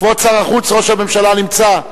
כבוד שר החוץ, ראש הממשלה נמצא.